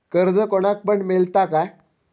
कर्ज कोणाक पण मेलता काय?